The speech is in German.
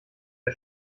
der